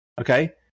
Okay